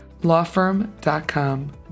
lawfirm.com